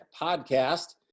Podcast